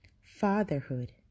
Fatherhood